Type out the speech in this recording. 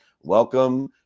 Welcome